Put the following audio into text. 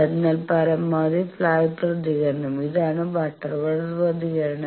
അതിനാൽ പരമാവധി ഫ്ലാറ്റ് പ്രതികരണം ഇതാണ് ബട്ടർവർത്ത് പ്രതികരണം